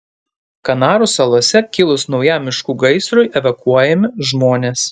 kanarų salose kilus naujam miškų gaisrui evakuojami žmonės